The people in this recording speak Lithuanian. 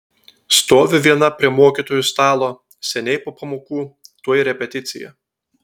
stoviu viena prie mokytojų stalo seniai po pamokų tuoj repeticija